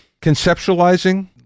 conceptualizing